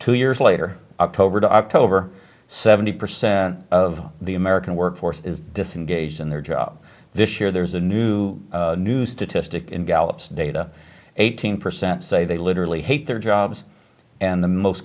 two years later october to october seventy percent of the american workforce is disengaged in their job this year there's a new new statistic in gallup's data eighteen percent say they literally hate their jobs and the most